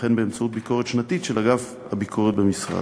וכן באמצעות ביקורת שנתית של אגף הביקורת במשרד.